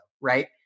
right